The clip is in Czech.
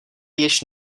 již